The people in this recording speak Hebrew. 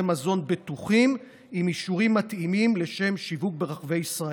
מזון בטוחים עם אישורים מתאימים לשם שיווק ברחבי ישראל.